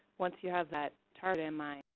once you have that target in mind,